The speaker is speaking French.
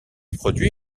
produit